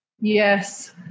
yes